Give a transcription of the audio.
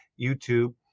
YouTube